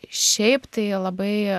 šiaip tai labai